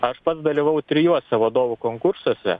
aš pats dalyvavau trijuose vadovų konkursuose